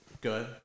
good